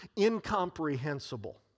incomprehensible